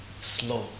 slow